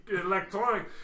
electronic